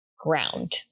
ground